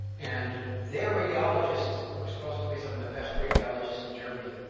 and their radiologists, who are supposed to be some of the best radiologists in germany,